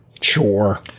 Sure